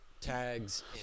tags